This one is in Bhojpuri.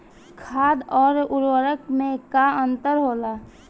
खाद्य आउर उर्वरक में का अंतर होला?